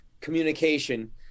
communication